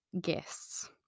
guests